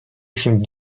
się